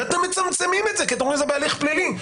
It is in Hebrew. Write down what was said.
ואתם מצמצמים את זה כי אתם אומרים שזה בהליך פלילי.